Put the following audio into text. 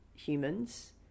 humans